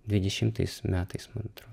dvidešimtais metais man atro